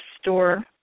store